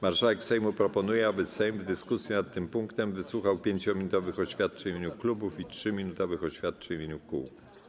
Marszałek Sejmu proponuje, aby Sejm w dyskusji nad tym punktem wysłuchał 5-minutowych oświadczeń w imieniu klubów i 3-minutowych oświadczeń w imieniu kół.